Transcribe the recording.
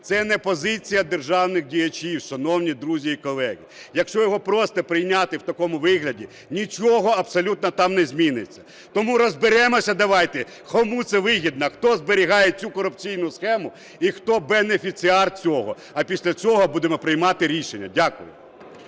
Це не позиція державних діячів, шановні друзі і колеги. Якщо його просто прийняти в такому вигляді, нічого абсолютно там не зміниться. Тому розберемося давайте, кому це вигідно, хто зберігає цю корупційну схему і хто бенефіціар цього, а після цього будемо приймати рішення. Дякую.